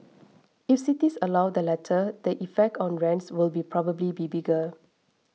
if cities allow the latter the effect on rents will be probably be bigger